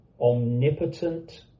omnipotent